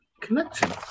Connection